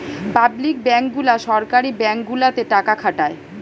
public bank গুলা সরকারি bank গুলাতে টাকা খাটায়